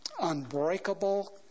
unbreakable